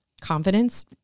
confidence